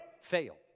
fail